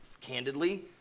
Candidly